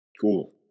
Cool